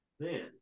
Man